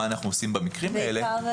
מה אנחנו עושים במקרים כאלה,